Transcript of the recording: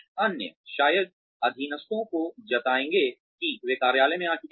अन्य शायद अधीनस्थों को जताएंगे कि वे कार्यालय में आ चुके हैं